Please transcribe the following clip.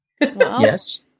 Yes